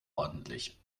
ordentlich